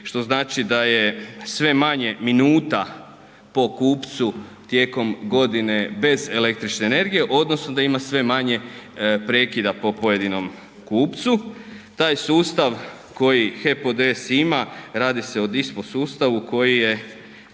što znači da je sve manje minuta po kupcu tijekom godine bez električne energije u odnosu da ima sve manje prekida po pojedinom kupcu, taj sustav koji HEP ODS ima, radi se o DISPO sustavu koji je